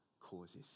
causes